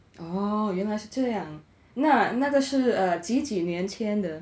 oh 原来是这样那个是几几年前的